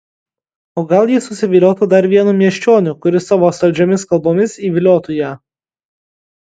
o gal ji susiviliotų dar vienu miesčioniu kuris savo saldžiomis kalbomis įviliotų ją